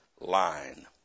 line